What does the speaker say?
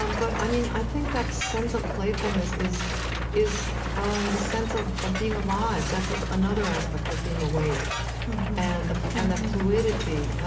um but i mean, i think that sense of playfulness is is um the sense of of being alive that's another aspect of being awake and the and the fluidity.